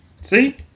See